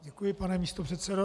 Děkuji, pane místopředsedo.